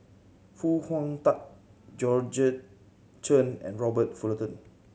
Foo Hong Tatt Georgette Chen and Robert Fullerton